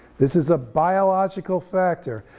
this is a biological factor.